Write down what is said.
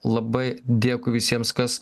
labai dėkui visiems kas